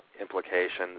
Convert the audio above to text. implications